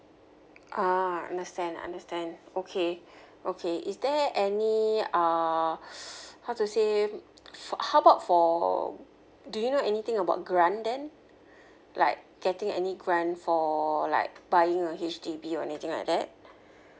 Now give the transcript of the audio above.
ah understand understand okay okay is there any uh how to say how about for do you know anything about grant then like getting any grant for like buying a H_D_B or anything like that